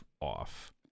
off